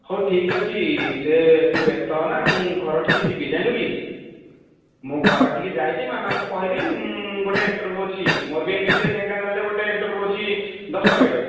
ହଉ ଠିକ୍ ଅଛି ସେ ତୁ ବ୍ୟସ୍ତ ହୁଅନା ମୁଁ ଘରଠିକୁ ଯିବି ଯାଇଁଲୁ କି ମୁଁ ଘରଠିକୁ ଯାଇକି ମାମାଙ୍କୁ କହିବି ମୁଁ ଗୋଟେ ଇଣ୍ଟରଭ୍ୟୁ ଅଛି ମୋର ବି ଏମିତିରେ ଢେଙ୍କାନାଳରେ ଗୋଟେ ଇଣ୍ଟରଭ୍ୟୁ ଅଛି ଦଶଟା ବେଳେ